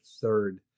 third